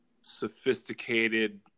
sophisticated